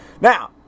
Now